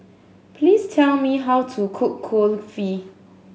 please tell me how to cook Kulfi